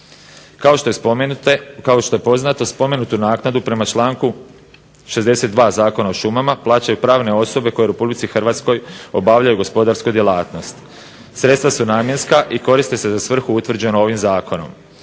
Kao što je poznato, spomenutu naknadu prema članku 62. Zakona o šumama plaćaju pravne osobe koje u Republici Hrvatskoj obavljaju gospodarsku djelatnost. Sredstva su namjenska i koriste se za svrhu utvrđenu ovim Zakonom.